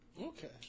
Okay